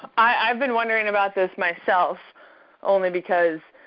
i've been wondering about this myself only because